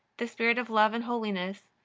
the spirit of love and holiness,